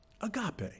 agape